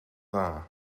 dda